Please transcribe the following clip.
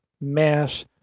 Mass